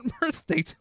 birthday